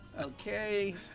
okay